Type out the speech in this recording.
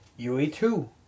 UE2